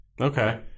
Okay